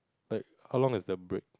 like how long is the break